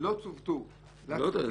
לא צוות --- לא יודע.